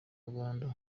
karubanda